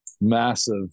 massive